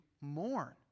mourn